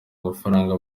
amafaranga